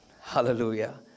Hallelujah